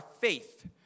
faith